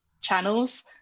channels